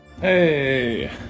hey